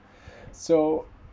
so